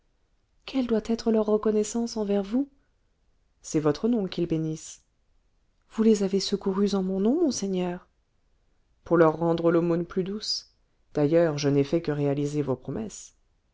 quelle doit être leur reconnaissance envers vous c'est votre nom qu'ils bénissent vous les avez secourus en mon nom monseigneur pour leur rendre l'aumône plus douce d'ailleurs je n'ai fait que réaliser vos promesses